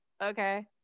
okay